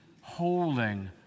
holding